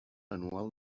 anual